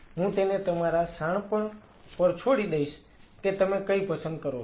તેથી હું તેને તમારા શાણપણ પર છોડી દઈશ કે તમે કઈ પસંદ કરો છો